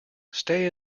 stay